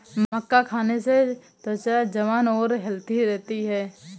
मक्का खाने से त्वचा जवान और हैल्दी रहती है